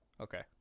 Okay